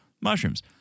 mushrooms